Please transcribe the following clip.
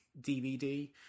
DVD